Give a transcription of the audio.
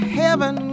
heaven